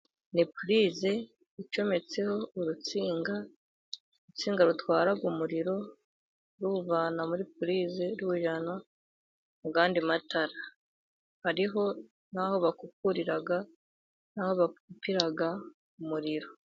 Ni purize icometseho urunsinga, urunsinga rutwara umuriro ruwuvana muri purize ruwujyana muyandi matara , hariho n'aho bakupurira n'aho bakupura umuriro.